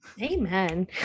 Amen